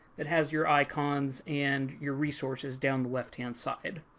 that has your icons, and your resources down the left hand side.